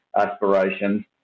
aspirations